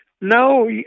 no